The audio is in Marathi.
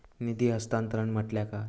निधी हस्तांतरण म्हटल्या काय?